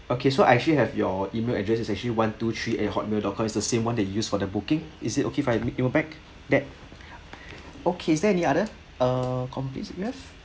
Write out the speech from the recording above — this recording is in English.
okay so I actually have your email address is actually one two three at hotmail dot com is the same one that you use for the booking is it okay if I email you back that okay is there any other uh complaints you have